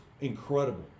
incredible